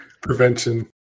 Prevention